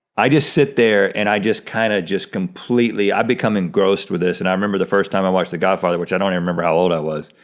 i just sit there and i just kind of just completely, i become engrossed with this, and i remember the first time i watched the godfather, which i don't even remember how old i was,